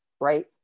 right